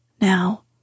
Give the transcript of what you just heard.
Now